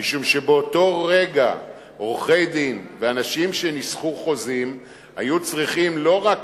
משום שבאותו רגע עורכי-דין ואנשים שניסחו חוזים היו צריכים לא רק